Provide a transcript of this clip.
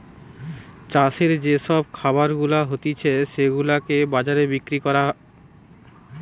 চাষের যে সব খাবার গুলা হতিছে সেগুলাকে বাজারে বিক্রি করা